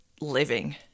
living